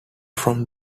from